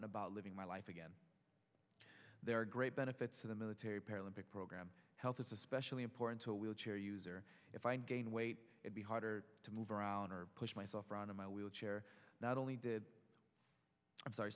and about living my life again there are great benefits to the military paralympic program health is especially important to a wheelchair user if i gain weight it be harder to move around or push myself around in my wheelchair not only did i'm sorry